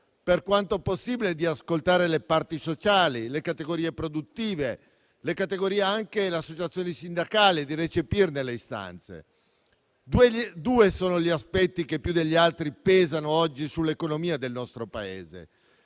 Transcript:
per quanto possibile, di ascoltare le parti sociali, le categorie produttive e anche le associazioni sindacali e di recepirne le istanze. Due sono gli aspetti che più degli altri pesano oggi sull'economia del nostro Paese: